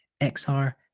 XR